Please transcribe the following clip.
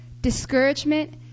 discouragement